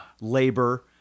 labor